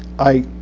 i